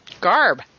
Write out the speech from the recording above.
garb